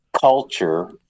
culture